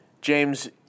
James